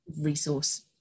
resource